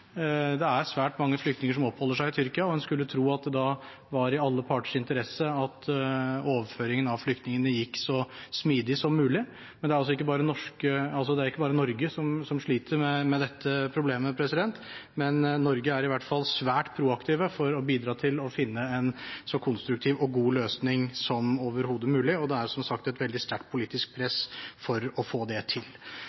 Det er svært mange flyktninger som oppholder seg i Tyrkia, og en skulle tro at det var i alle parters interesse at overføringen av flyktningene gikk så smidig som mulig. Det er ikke bare Norge som sliter med dette problemet, men Norge er i hvert fall svært proaktive for å bidra til å finne en så konstruktiv og god løsning som overhodet mulig, og det er som sagt et veldig sterkt politisk